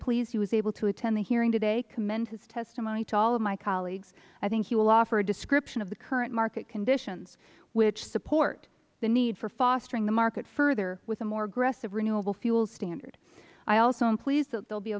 pleased he was able to attend the hearing today commend his testimony to all of my colleagues i think he will offer a description of the current market conditions which support the need for fostering the market further with a more aggressive renewable fuels standard i also am pleased t